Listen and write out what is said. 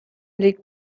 legt